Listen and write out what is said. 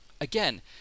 again